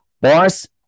Boss